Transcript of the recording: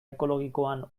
ekologikoan